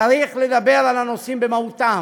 צריך לדבר על הנושאים במהותם.